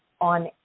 on